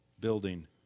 building